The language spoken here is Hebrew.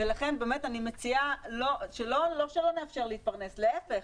לכן, באמת, אני מציע לא שלא נאפשר להתפרנס, להפך.